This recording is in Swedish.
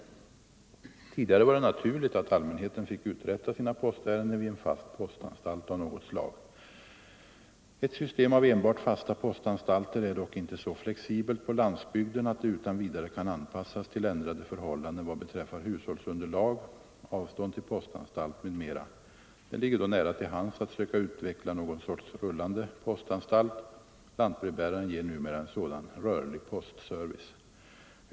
landsbygdsbefolk Tidigare var det naturligt att allmänheten fick uträtta sina postärenden = ningen vid en fast postanstalt av något slag. Ett system av enbart fasta postanstalter är dock inte så flexibelt på landsbygden att det utan vidare kan anpassas till ändrade förhållanden vad beträffar hushållsunderlag, avstånd till postanstalt m.m. Det ligger då nära till hands att söka utveckla någon sorts rullande postanstalt. Lantbrevbäraren ger numera en sådan rörlig postservice.